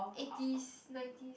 eighties nineties